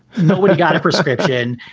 but one got a prescription.